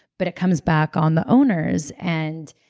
but it comes back on the owners, and